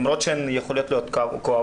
למרות שהן יכולות להיות כואבות.